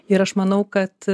ir aš manau kad